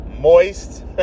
moist